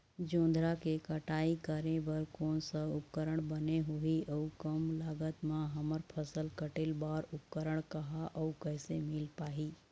जोंधरा के कटाई करें बर कोन सा उपकरण बने होही अऊ कम लागत मा हमर फसल कटेल बार उपकरण कहा अउ कैसे मील पाही?